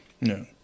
No